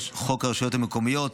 חוק הרשויות המקומיות,